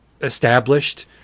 established